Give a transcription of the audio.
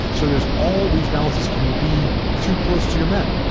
so there's all these balances. can you be too close to your men?